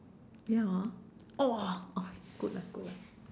ya orh !wah! okay good lah good lah